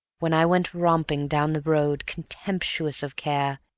when i went romping down the road contemptuous of care,